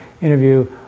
interview